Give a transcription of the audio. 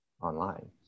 online